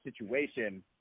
situation